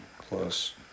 plus